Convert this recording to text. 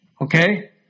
Okay